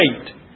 great